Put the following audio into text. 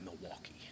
Milwaukee